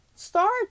start